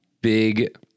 big